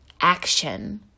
action